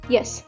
Yes